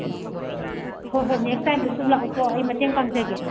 ꯍꯣ ꯍꯣꯏ ꯅꯦꯛꯁ ꯇꯥꯏꯝꯗꯁꯨ ꯂꯥꯛꯎꯀꯣ ꯑꯩ ꯃꯇꯦꯡ ꯄꯥꯡꯖꯒꯦ